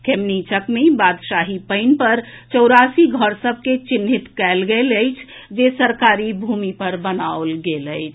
खेमनीचक मे बादशाही पईन पर चौरासी घर सभ के चिन्हित कयल गेल अछि जे सरकारी भूमि पर बनाओल गेल अछि